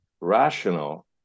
Rational